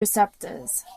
receptors